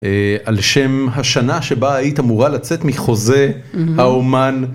על שם השנה שבה היית אמורה לצאת מחוזה האומן.